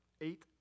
Eight